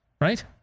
Right